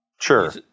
Sure